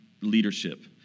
leadership